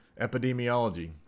Epidemiology